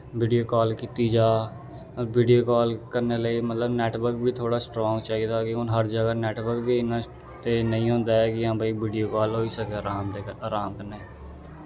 video call कीती जा video call करने लेई मतलब नैटवर्क बी थोह्ड़ा स्ट्रांग चाहिदा कि हून हर जगह् नैटवर्क बी इन्ना ते नेईं होंदा ऐ कि कोई वीडियो काल होई सकै अराम दे अराम कन्नै